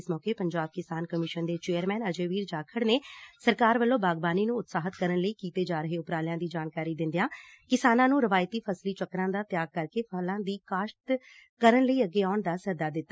ਇਸ ਸੋਕੇ ਪੰਜਾਬ ਕਿਸਾਨ ਕਮਿਸ਼ਨ ਦੇ ਚੇਅਰਮੈਨ ਅਜੈਵੀਰ ਜਾਖੜ ਨੇ ਸਰਕਾਰ ਵੱਲੋਂ ਬਾਗਬਾਨੀ ਨੰ ਉਤਸ਼ਾਹਿਤ ਕਰਨ ਲਈ ਕਈ ਕੀਤੇ ਜਾ ਰਹੇ ਉਪਰਾਲਿਆਂ ਦੀ ਜਾਣਕਾਰੀ ਦਿਂਦਿਆਂ ਕਿਸਾਨਾਂ ਨੂੰ ਰਵਾਇਤੀ ਫਸਲੀ ਚੱਕਰਾਂ ਦਾਂ ਤਿਆਗ ਕਰਕੇ ਫਲਾਂ ਦੀ ਕਾਸਤ ਕਰਨ ਲਈ ਅੱਗੇ ਆਉਣ ਦਾ ਸੱਦਾ ਦਿੱਤਾ